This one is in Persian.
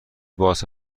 باز